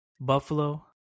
Buffalo